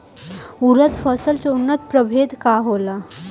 उरद फसल के उन्नत प्रभेद का होला?